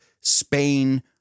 Spain